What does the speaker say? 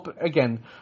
again